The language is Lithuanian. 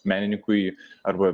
menininkui arba